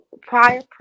prior